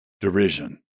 derision